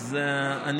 אני